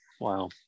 wow